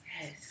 Yes